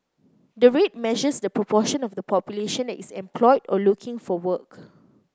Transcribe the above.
the rate measures the proportion of the population that is employed or looking for work